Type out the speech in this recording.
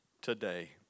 today